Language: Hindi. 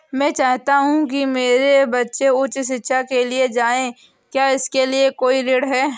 मैं चाहता हूँ कि मेरे बच्चे उच्च शिक्षा के लिए जाएं क्या इसके लिए कोई ऋण है?